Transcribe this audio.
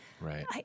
right